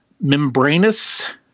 membranous